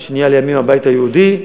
מה שנהיה לימים הבית היהודי,